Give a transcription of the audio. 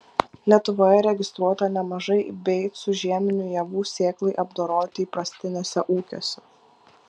lietuvoje registruota nemažai beicų žieminių javų sėklai apdoroti įprastiniuose ūkiuose